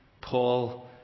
Paul